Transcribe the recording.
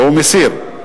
והוא מסיר.